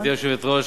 גברתי היושבת-ראש,